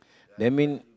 that mean